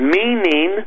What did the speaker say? meaning